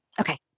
Okay